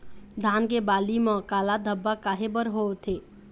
धान के बाली म काला धब्बा काहे बर होवथे?